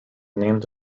named